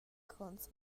gronds